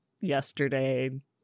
yesterday